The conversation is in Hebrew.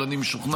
אבל אני משוכנע,